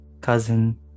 cousin